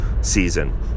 season